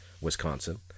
Wisconsin